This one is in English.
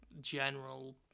general